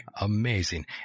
Amazing